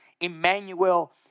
Emmanuel